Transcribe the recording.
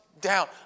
down